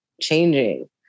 changing